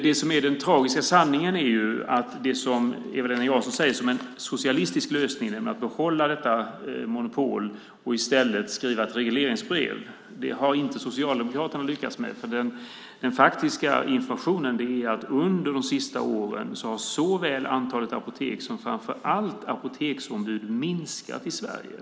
Den tragiska sanningen är att det som Eva-Lena Jansson säger som en socialistisk lösning, att behålla monopolet och i stället skriva ett regleringsbrev, har inte Socialdemokraterna lyckats med. Den faktiska informationen är att under de senaste åren har såväl antalet apotek som framför allt apoteksombud minskat i Sverige.